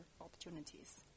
opportunities